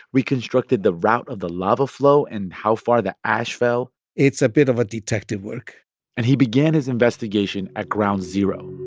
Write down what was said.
reconstructed the route of the lava flow and how far the ash fell it's a bit of a detective work and he began his investigation at ground zero,